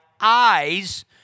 eyes